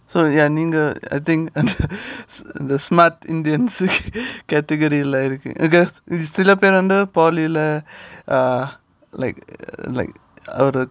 so ya நீங்க:neenga I think the smart indian category lah ல இருக்கீங்க:la irukeenga you still சில பேரு வந்து:sila peru vandhu under polytechnic lah uh like like all the